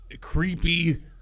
Creepy